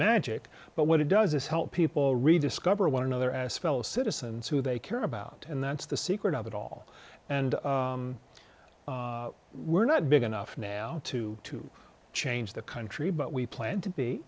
magic but what it does is help people rediscover one another at a spell citizens who they care about and that's the secret of it all and we're not big enough now to to change the country but we plan to be